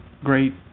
great